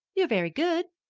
you're very good,